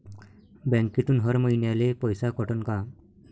बँकेतून हर महिन्याले पैसा कटन का?